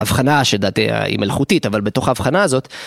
הבחנה שלדעתי היא מלאכותית, אבל בתוך ההבחנה הזאת...